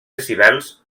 decibels